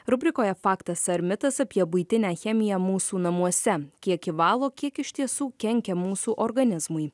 rubrikoje faktas ar mitas apie buitinę chemiją mūsų namuose kiek ji valo kiek iš tiesų kenkia mūsų organizmui